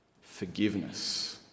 forgiveness